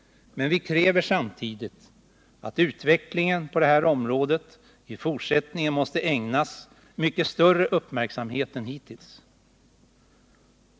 Men vi kräver samtidigt att utvecklingen på det här området i fortsättningen skall ägnas mycket större uppmärksamhet än hittills.